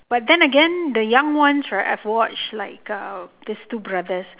but then again the young ones right I have watched like uh these two brothers